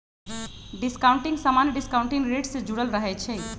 discounting समान्य discounting rate से जुरल रहै छइ